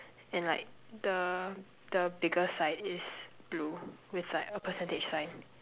and like the the bigger side is blue with like a percentage sign